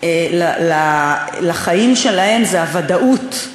לחיים שלהם זה הוודאות,